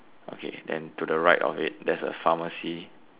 okay then to the right of it there's a pharmacy